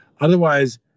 otherwise